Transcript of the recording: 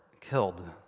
killed